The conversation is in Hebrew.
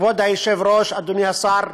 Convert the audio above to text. כבוד היושב-ראש, אדוני השר,